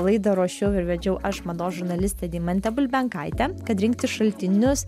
laidą ruošiau ir vedžiau aš mados žurnalistė deimantė bulbenkaitė kad rinkti šaltinius